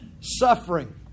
Suffering